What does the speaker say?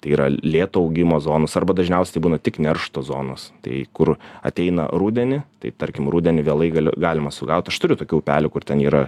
tai yra lėto augimo zonos arba dažniausiai tai būna tik neršto zonos tai kur ateina rudenį tai tarkim rudenį vėlai galiu galima sugaut aš turiu tokių upelių kur ten yra